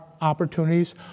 opportunities